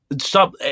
stop